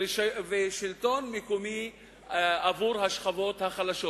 ושלטון מקומי עבור השכבות החלשות.